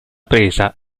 presa